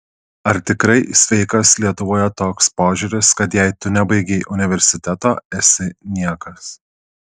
ar tikrai sveikas lietuvoje toks požiūris kad jei tu nebaigei universiteto esi niekas